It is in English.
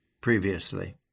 previously